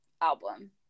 album